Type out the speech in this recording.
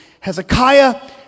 Hezekiah